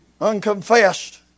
Unconfessed